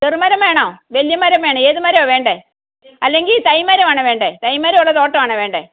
ചെറുമരം വേണോ വലിയ മരം വേണോ ഏത് മരമാ വേണ്ടത് അല്ലെങ്കിൽ തൈമരമാണോ വേണ്ടത് തൈമരം ഉള്ള തോട്ടമാണോ വേണ്ടത്